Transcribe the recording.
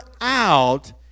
out